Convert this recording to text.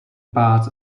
parts